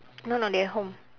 no no they at home